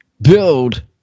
build